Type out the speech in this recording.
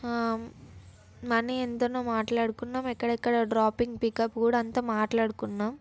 money ఎంతనో మాట్లాడుకున్నాం ఎక్కడెక్కడ డ్రాపింగ్ పికప్ కూడా అంతా మాట్లాడుకున్నాం